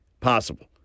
possible